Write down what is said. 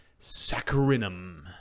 Saccharinum